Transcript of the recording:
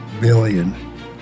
billion